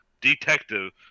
detective